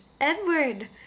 Edward